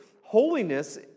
holiness